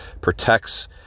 protects